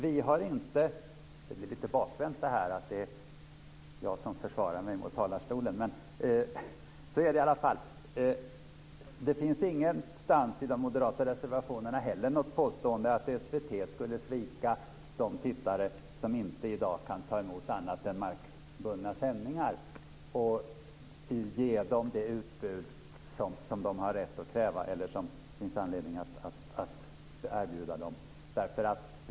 Det blir lite bakvänt. Det är jag som försvarar mig mot den som står i talarstolen. Det finns ingenstans i de moderata reservationerna något påstående om att SVT skulle svika de tittare som i dag inte kan ta emot annat än markbundna sändningar och ge dem det utbud de har rätt att kräva eller det utbud det finns anledning att erbjuda dem.